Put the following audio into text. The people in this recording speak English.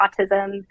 autism